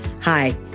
Hi